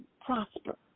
prosper